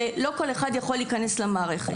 ולא כל אחד יכול להיכנס למערכת.